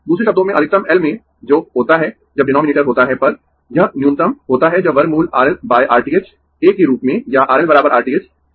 दूसरे शब्दों में अधिकतम L में जो होता है जब डीनोमिनेटर होता है पर यह न्यूनतम होता है जब वर्गमूल R L R t h 1 के रूप में या R L R t h